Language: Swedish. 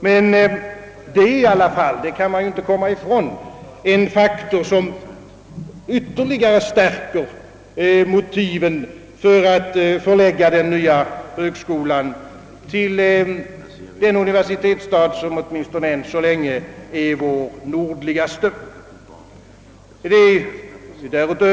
Man kan dock inte komma ifrån att det är en faktor som ytterligare stärker motiven för att förlägga den nya högskolan till den universitetsstad som åtminstone än så länge är vår nordligaste.